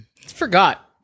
Forgot